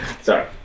Sorry